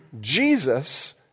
Jesus